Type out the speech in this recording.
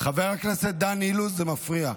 זה מפריע.